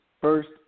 First